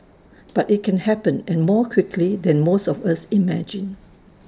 but IT can happen and more quickly than most of us imagine